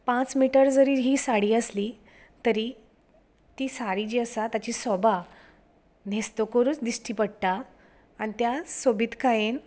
पांच मिटर जरी ही साडी आसली तरी ती साडी जी आसा ताची सोबा न्हेसतकरूच दिश्टी पडटा आनी त्या सोबीतकायेन